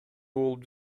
болуп